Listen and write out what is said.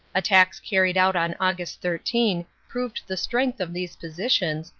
attacks carried out on aug. thirteen proved the strength of these positions,